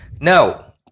now